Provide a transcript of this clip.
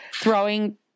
throwing